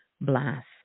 blast